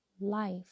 life